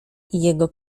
jego